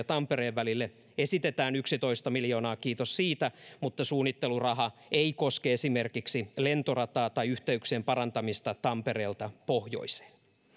tampereen välille esitetään yksitoista miljoonaa kiitos siitä mutta suunnitteluraha ei koske esimerkiksi lentorataa tai yhteyksien parantamista tampereelta pohjoiseen